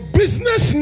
business